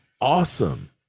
awesome